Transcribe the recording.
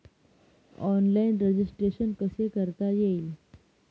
Online registration कसे करता येईल?